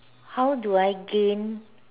how do I gain